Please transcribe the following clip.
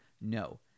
No